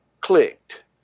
clicked